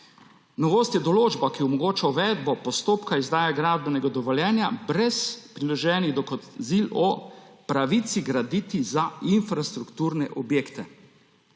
Novost je določba, ki omogoča uvedbo postopka izdaje gradbenega dovoljenja brez priloženih dokazil o pravici graditi za infrastrukturne objekte.